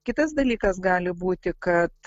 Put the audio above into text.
kitas dalykas gali būti kad